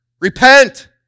Repent